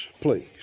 please